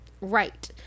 right